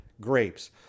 grapes